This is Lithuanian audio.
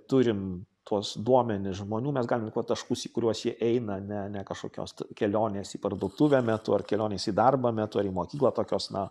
turim tuos duomenis žmonių mes galim taškus į kuriuos jie eina ne ne kažkokios kelionės į parduotuvę metu ar kelionės į darbą metu ar į mokyklą tokios na